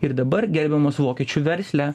ir dabar gerbiamas vokiečių versle